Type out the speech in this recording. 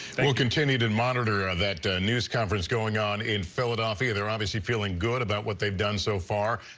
and we'll continue to and monitor ah that news conference going on in philadelphia. they're obviously feeling good about what they've done be so far.